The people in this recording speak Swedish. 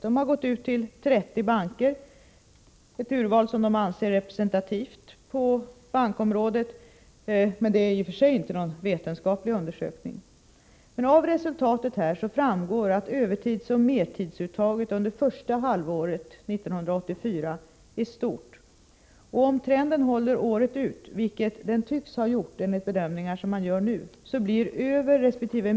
Man har gått ut till 30 banker — ett urval som förbundet anser vara representativt på bankområdet. Men det är i och för sig inte någon vetenskaplig undersökning. Av resultatet framgår att övertidsoch mertidsuttaget under första halvåret 1984 är stort. Om trenden håller året ut, vilket den tycks göra enligt de bedömningar som man gör nu, så blir överresp.